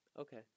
Okay